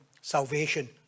salvation